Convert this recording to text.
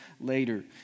later